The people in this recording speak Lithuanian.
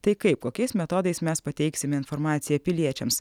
tai kaip kokiais metodais mes pateiksime informaciją piliečiams